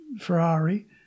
Ferrari